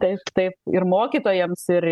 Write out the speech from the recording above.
taip taip ir mokytojams ir